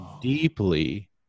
deeply